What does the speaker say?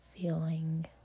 feeling